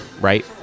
right